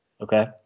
Okay